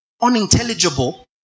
unintelligible